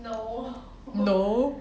no